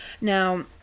Now